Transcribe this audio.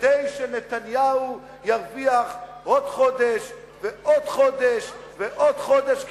כדי שנתניהו ירוויח עוד חודש ועוד חודש ועוד חודש,